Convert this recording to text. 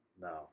No